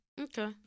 okay